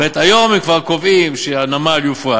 זאת אומרת, היום הם כבר קובעים שהנמל יופרט.